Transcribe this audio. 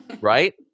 right